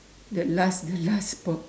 the last the last po~